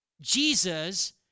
Jesus